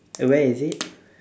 and where is it